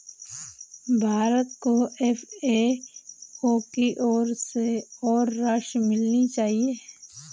भारत को एफ.ए.ओ की ओर से और राशि मिलनी चाहिए